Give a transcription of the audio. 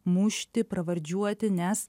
mušti pravardžiuoti nes